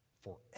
Forever